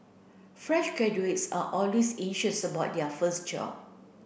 fresh graduates are always anxious about their first job